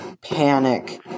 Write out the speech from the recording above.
panic